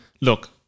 look